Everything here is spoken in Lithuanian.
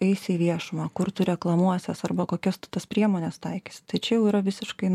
eisi į viešumą kur tu reklamuosies arba kokias tu tas priemones taikysi tačiau yra visiškai